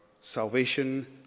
salvation